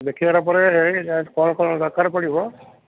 ଦେଖିଗଲା ପରେ କ'ଣ କ'ଣ ଦରକାର ପଡ଼ିବ